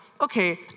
Okay